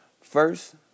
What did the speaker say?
First